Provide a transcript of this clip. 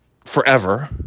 forever